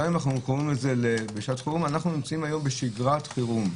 אנחנו היום בשגרת חירום.